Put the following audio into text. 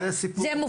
זה מופעל,